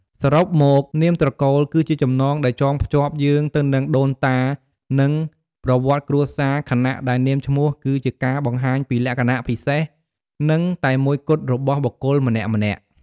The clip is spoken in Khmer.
សរុបមក នាមត្រកូលគឺជាចំណងដែលចងភ្ជាប់យើងទៅនឹងដូនតា និង ប្រវត្តិគ្រួសារ ខណៈដែលនាមឈ្មោះគឺជាការបង្ហាញពីលក្ខណៈពិសេស និង តែមួយគត់របស់បុគ្គលម្នាក់ៗ។